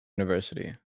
university